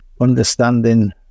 understanding